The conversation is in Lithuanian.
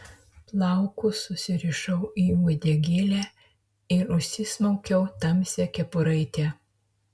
plaukus susirišau į uodegėlę ir užsismaukiau tamsią kepuraitę